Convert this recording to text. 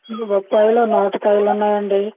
బొప్పాయిలో నాటు కాయలు ఉన్నాయండి